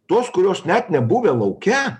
tos kurios net nebuvę lauke